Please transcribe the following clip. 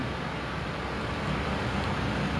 !ee!